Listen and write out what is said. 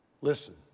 Listen